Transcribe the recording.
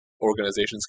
organizations